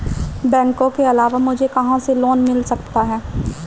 बैंकों के अलावा मुझे कहां से लोंन मिल सकता है?